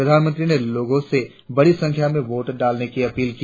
प्रधानमंत्री ने लोगों से बड़ी संख्या में वोट डालने की अपील की